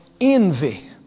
Envy